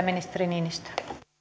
ministeri niinistö